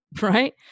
Right